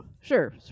sure